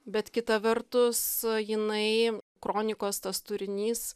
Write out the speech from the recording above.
bet kita vertus jinai kronikos tas turinys